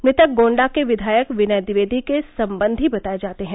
मृतक गोण्डा के विधायक विनय द्विवेदी के सम्बंधी बताए जाते हैं